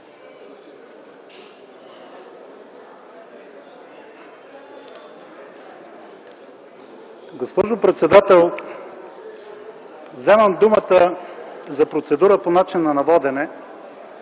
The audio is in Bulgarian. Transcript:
Госпожо председател, вземам думата за процедура по начина на водене.